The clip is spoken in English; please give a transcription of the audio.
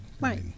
Right